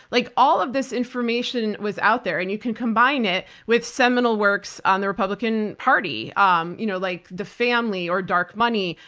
like all of this information was out there and you can combine it with seminal works on the republican party um you know like the family or dark money,